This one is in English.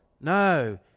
No